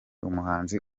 umuhanzi